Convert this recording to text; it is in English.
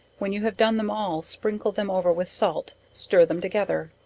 when you have done them all, sprinkle them over with salt, stir them together,